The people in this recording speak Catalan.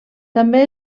també